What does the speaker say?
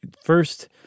first